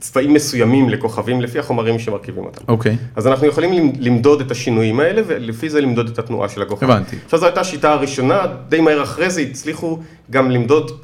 צבעים מסוימים לכוכבים לפי החומרים שמרכיבים אותם. אוקיי. אז אנחנו יכולים למדוד את השינויים האלה ולפי זה למדוד את התנועה של הכוכבים. הבנתי. עכשיו זו הייתה השיטה הראשונה, די מהר אחרי זה הצליחו גם למדוד